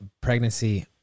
pregnancy